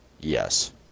Yes